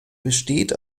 besteht